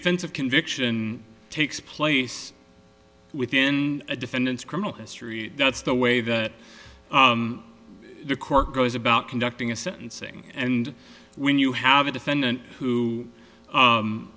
offense of conviction takes place within a defendant's criminal history that's the way that the court goes about conducting a sentencing and when you have a defendant who